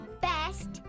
Best